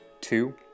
Two